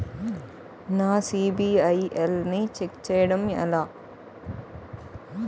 నా సిబిఐఎల్ ని ఛెక్ చేయడం ఎలా?